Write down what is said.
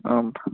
अ